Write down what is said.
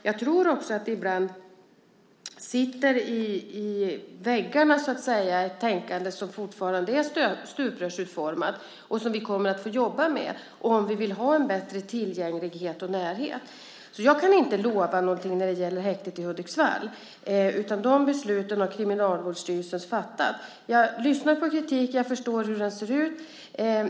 Jag tror att det ibland sitter i väggarna ett tänkande som fortfarande är stuprörsutformat och som vi kommer att få jobba med om vi vill ha en bättre tillgänglighet och närhet. Jag kan inte lova något när det gäller häktet i Hudiksvall. De besluten har Kriminalvårdsstyrelsen fattat. Jag lyssnar på kritiken. Jag förstår hur den ser ut.